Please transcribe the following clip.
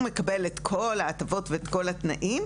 הוא מקבל את כל ההטבות את כל התנאים.